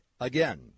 Again